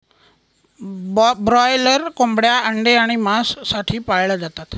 broiler कोंबड्या अंडे आणि मांस साठी पाळल्या जातात